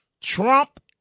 Trump